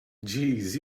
jeez